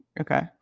Okay